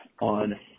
on